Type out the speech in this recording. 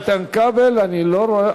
איתן כבל, אני לא רואה.